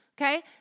Okay